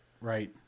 Right